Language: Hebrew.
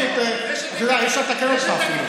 אי-אפשר לתקן אותך אפילו.